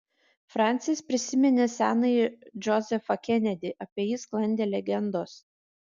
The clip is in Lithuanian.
fransis prisiminė senąjį džozefą kenedį apie jį sklandė legendos